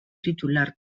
titular